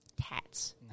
tats